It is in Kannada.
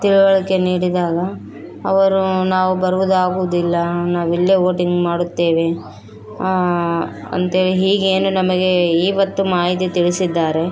ತಿಳುವಳಿಕೆ ನೀಡಿದಾಗ ಅವರು ನಾವು ಬರುವುದು ಆಗುವುದಿಲ್ಲ ನಾವಿಲ್ಲೆ ವೋಟಿಂಗ್ ಮಾಡುತ್ತೇವೆ ಅಂತೇ ಈಗೇನು ನಮಗೆ ಇವತ್ತು ಮಾಹಿತಿ ತಿಳಿಸಿದ್ದಾರೆ